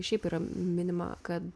šiaip yra minima kad